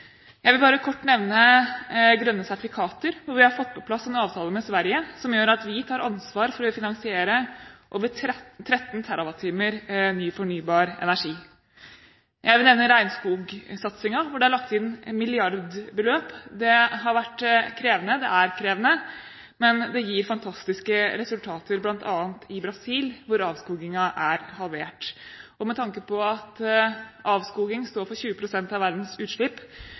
Jeg vil bare kort nevne grønne sertifikater, hvor vi har fått på plass en avtale med Sverige som gjør at vi tar ansvar for å finansiere over 13 TWh ny fornybar energi. Jeg vil nevne regnskogsatsingen, hvor det er lagt inn milliardbeløp. Det har vært krevende, og det er krevende, men det gir fantastiske resultater, bl.a. i Brasil, hvor avskogingen er halvert. Med tanke på at avskoging står for 20 pst. av verdens utslipp,